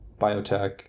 biotech